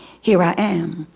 here i am.